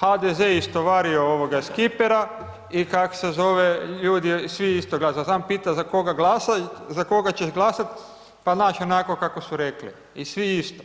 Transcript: HDZ je istovario iz kipera i kak se zove, ljudi svi isto glasaju, samo pita za koga ćeš glasat, pa znaš onako kako su rekli i svi isto.